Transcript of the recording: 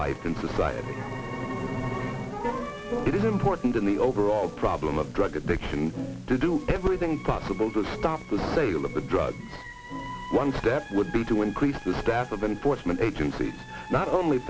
life in society it is important in the overall problem of drug addiction to do everything possible to stop the sale of the drugs one step would be to increase the staff of enforcement agencies not only